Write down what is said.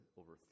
over